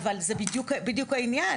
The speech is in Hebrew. אבל זה בדיוק העניין.